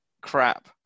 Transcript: crap